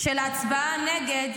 של ההצבעה נגד,